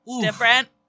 Different